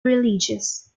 religious